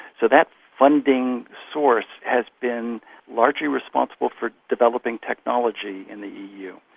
so that funding source has been largely responsible for developing technology in the eu.